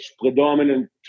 predominant